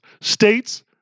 States